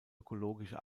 ökologische